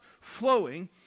flowing